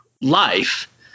life